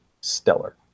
stellar